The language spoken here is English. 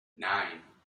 nine